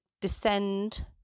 descend